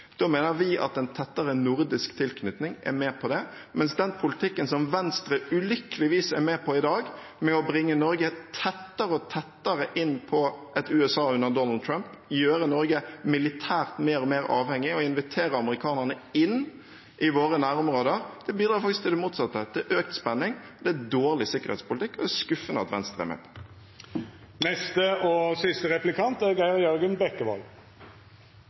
Da er spørsmålet: Hvordan håndterer vi det? Utgangspunktet for norsk sikkerhetspolitikk må være å minimere risikoen for at Norge havner i den typen situasjoner. Vi mener at en tettere nordisk tilknytning er med på det, mens den politikken som Venstre ulykkeligvis er med på i dag, med å bringe Norge tettere og tettere innpå et USA under Donald Trump, gjøre Norge militært mer og mer avhengig og invitere amerikanerne inn i våre nærområder, faktisk bidrar til det motsatte, til økt spenning. Det er dårlig sikkerhetspolitikk, og det er